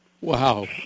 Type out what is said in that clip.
Wow